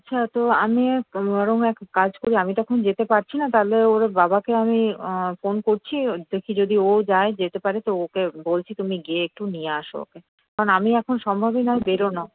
আচ্ছা তো আমি এক বরং এক কাজ করি আমি তো এখন যেতে পারছি না তাহলে ওর বাবাকে আমি ফোন করছি দেখি যদি ও যায় যেতে পারে তো ওকে বলছি তুমি গিয়ে একটু নিয়ে আসো ওকে কারণ আমি এখন সম্ভবই না বেরোনো